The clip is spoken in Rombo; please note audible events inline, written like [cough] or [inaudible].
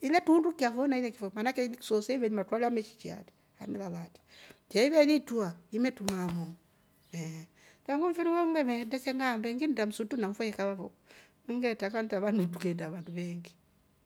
ile truundukia fo na ile kufora maana iliksoosa iveeli maatru alya imeshikya atri amelala atri melala atri ke iveli itrwa imetrumaaha [noise] eeeh tangu mfiri wo ngile meende se ngaambe nginnda msutru na mfua ye kaba fo ngivetrava trava trukeenda vandu veengi.